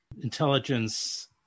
intelligence